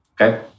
Okay